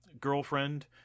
girlfriend